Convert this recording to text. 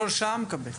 בכל שעה.